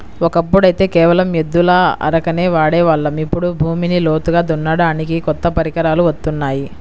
ఒకప్పుడైతే కేవలం ఎద్దుల అరకనే వాడే వాళ్ళం, ఇప్పుడు భూమిని లోతుగా దున్నడానికి కొత్త పరికరాలు వత్తున్నాయి